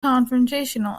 confrontational